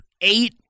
eight